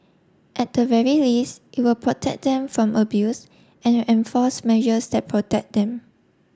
at the very least it will protect them from abuse and enforce measures that protect them